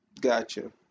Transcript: Gotcha